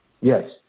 Yes